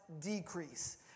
decrease